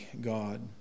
god